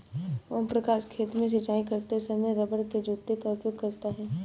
ओम प्रकाश खेत में सिंचाई करते समय रबड़ के जूते का उपयोग करता है